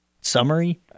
summary